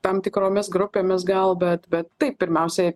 tam tikromis grupėmis gal bet bet taip pirmiausiai